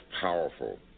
powerful